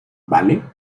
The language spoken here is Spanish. vale